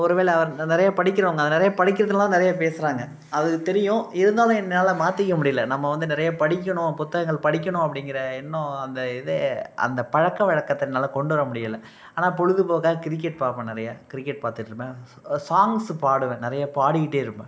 ஒருவேளே அவர் நெ நிறைய படிக்கிறவங்க நிறைய படிக்கிறதில் தான் நிறைய பேசுகிறாங்க அதுக்கு தெரியும் இருந்தாலும் என்னால் மாற்றிக்க முடியலை நம்ம வந்து நிறைய படிக்கணும் புத்தகங்கள் படிக்கணும் அப்படிங்கிற எண்ணம் அந்த இது அந்த பழக்கவழக்கத்தை என்னால கொண்டு வர முடியலை ஆனால் பொழுதுபோக்கா கிரிக்கெட் பார்ப்பேன் நிறைய கிரிக்கெட் பார்த்துட்ருப்பேன் ஸ் சாங்ஸு பாடுவேன் நிறைய பாடிகிட்டே இருப்பேன்